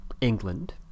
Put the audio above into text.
England